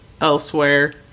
elsewhere